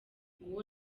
nguwo